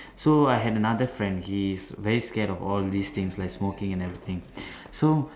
so I had another friend he is very scared of all these things like smoking and everything so